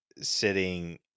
sitting